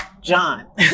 John